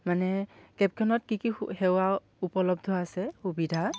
মানে কেবখনত কি কি সেৱা উপলব্ধ আছে সুবিধা